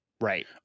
Right